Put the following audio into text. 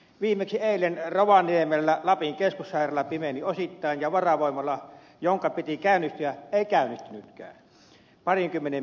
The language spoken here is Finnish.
viimeksi eilen rovaniemellä lapin keskussairaala pimeni osittain ja varavoimala jonka piti käynnistyä ei käynnistynytkään pariinkymmeneen minuuttiin